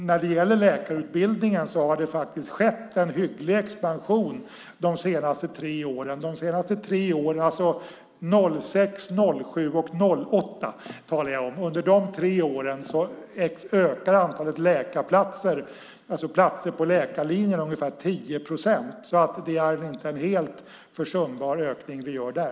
När det gäller läkarutbildningen har det skett en hygglig expansion de senaste tre åren. Jag talar om åren 2006, 2007 och 2008. Under de tre åren ökar antalet platser på läkarlinjen med ungefär 10 procent. Det är inte en helt försumbar ökning vi gör där.